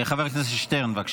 חבר הכנסת שטרן, בבקשה.